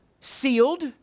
sealed